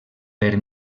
per